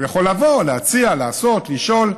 הוא יכול לבוא, להציע, לעשות, לשאול.